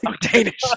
Danish